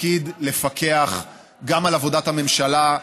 תפקיד לפקח גם על עבודת הממשלה,